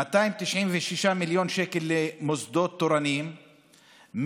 296 מיליון שקל למוסדות תורניים,